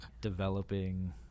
developing